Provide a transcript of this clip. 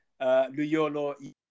Luyolo